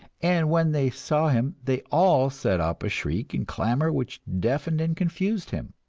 and when they saw him they all set up a shriek and clamor which deafened and confused him.